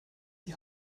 die